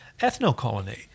ethno-colony